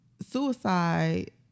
suicide